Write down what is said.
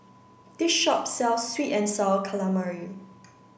this shop sells sweet and sour calamari